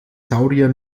saurier